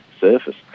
surface